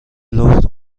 لخت